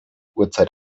uhrzeit